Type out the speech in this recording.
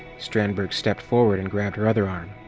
strandberg stepped forward and grabbed her other arm.